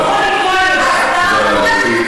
אין לך מה לצעוק עליי.